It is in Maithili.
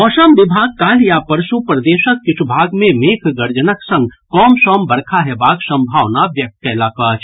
मौसम विभाग काल्हि आ परसू प्रदेशक किछू भाग मे मेघ गर्जनक संग कमसम बरखा हेबाक सम्भावना व्यक्त कयलक अछि